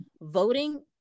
Voting